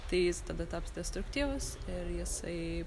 tai jis tada taps destruktyvus ir jisai